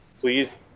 please